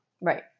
Right